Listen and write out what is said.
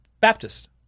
Baptist